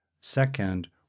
second